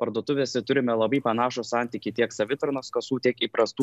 parduotuvėse turime labai panašų santykį tiek savitarnos kasų tiek įprastų